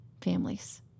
families